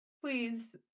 Please